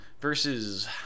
versus